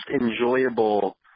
enjoyable